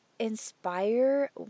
inspire